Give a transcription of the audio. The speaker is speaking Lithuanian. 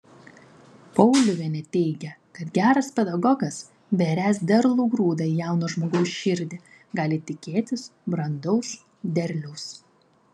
pauliuvienė teigia kad geras pedagogas beriąs derlų grūdą į jauno žmogaus širdį gali tikėtis brandaus derliaus